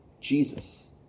Jesus